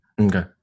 Okay